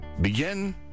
Begin